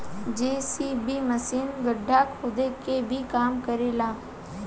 JCB machine गड्ढा खोदे के भी काम करे ला